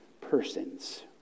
persons